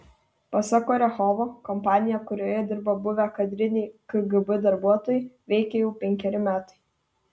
pasak orechovo kompanija kurioje dirba buvę kadriniai kgb darbuotojai veikia jau penkeri metai